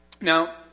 Now